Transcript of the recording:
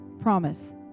Promise